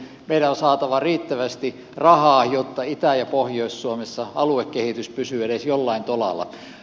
meidän on saatava riittävästi rahaa jotta itä ja pohjois suomessa aluekehitys pysyy edes jollain tolalla